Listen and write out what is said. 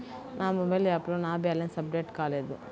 నా మొబైల్ యాప్లో నా బ్యాలెన్స్ అప్డేట్ కాలేదు